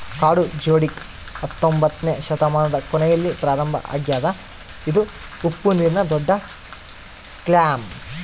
ಕಾಡು ಜಿಯೊಡಕ್ ಹತ್ತೊಂಬೊತ್ನೆ ಶತಮಾನದ ಕೊನೆಯಲ್ಲಿ ಪ್ರಾರಂಭ ಆಗ್ಯದ ಇದು ಉಪ್ಪುನೀರಿನ ದೊಡ್ಡಕ್ಲ್ಯಾಮ್